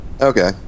Okay